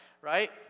right